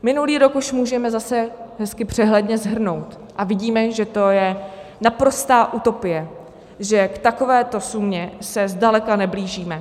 Minulý rok už můžeme zase hezky přehledně shrnout a vidíme, že to je naprostá utopie, že k takovéto sumě se zdaleka neblížíme.